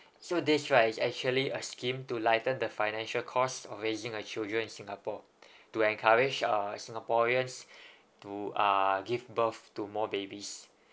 so this right is actually a scheme to lighten the financial cost of raising a children in singapore to encourage uh singaporeans to uh give birth to more babies